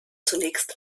zunächst